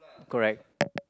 correct